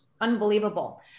unbelievable